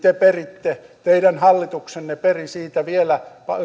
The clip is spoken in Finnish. kuin nyt niin teidän hallituksenne peri siitä vielä